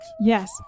Yes